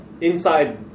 inside